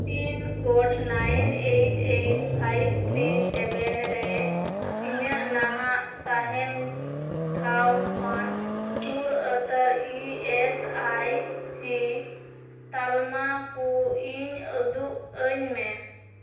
pin code nine eight eight five three seven ᱨᱮ ᱤᱧᱟᱹᱜ ᱱᱟᱦᱟᱜ ᱛᱟᱦᱮᱱ ᱴᱷᱟᱶ ᱠᱷᱚᱱ ᱥᱩᱨ ᱩᱛᱟ ᱨ ᱤ ᱮᱥ ᱟᱭ ᱥᱤ ᱛᱟᱞᱢᱟ ᱠᱚ ᱤᱧ ᱩᱫᱩᱜ ᱟ ᱧ ᱢᱮ